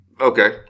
Okay